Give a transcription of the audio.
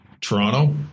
Toronto